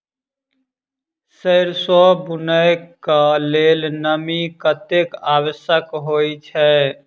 सैरसो बुनय कऽ लेल नमी कतेक आवश्यक होइ छै?